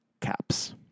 caps